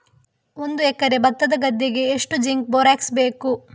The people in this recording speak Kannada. ಒಂದು ಎಕರೆ ಭತ್ತದ ಗದ್ದೆಗೆ ಎಷ್ಟು ಜಿಂಕ್ ಬೋರೆಕ್ಸ್ ಬೇಕು?